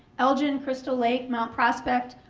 elgin, crystal lake, mount prospect,